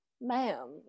Ma'am